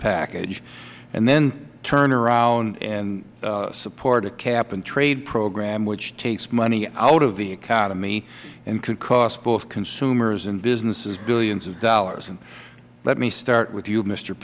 package and then turn around and support a cap and trade program which takes money out of the economy and could cost both consumers and businesses billions of dollars let me start with you mister